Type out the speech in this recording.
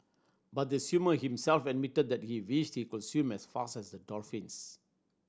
but the swimmer himself admitted that he wished he could swim as fast as the dolphins